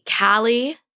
Callie